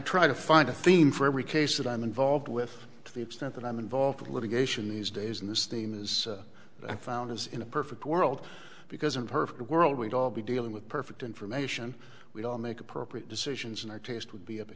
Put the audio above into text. try to find a theme for every case that i'm involved with to the extent that i'm involved with litigation these days in this team is that i found is in a perfect world because in perfect world we'd all be dealing with perfect information we all make appropriate decisions and our taste would be